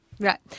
Right